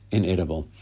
Inedible